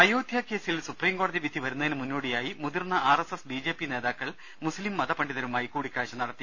അയോധ്യ കേസിൽ സൂപ്രീം കോടതി വിധി വരുന്നതിന് മുന്നോടി യായി മുതിർന്ന R S S B J P നേതാക്കൾ മുസ്സിം മത പണ്ഡിതരു മായി കൂടിക്കാഴ്ച നടത്തി